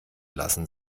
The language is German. lassen